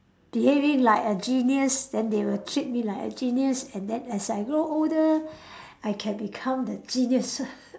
behaving like a genius then they will treat me like a genius and then as I grow older I can become the genius